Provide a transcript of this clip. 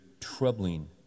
troubling